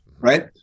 right